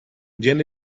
llena